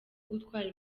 gutwara